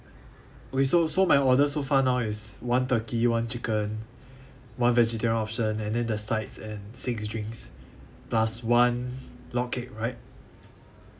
oh is so so my order so far now is one turkey one chicken one vegetarian option and then the sides and six drinks plus one log cake right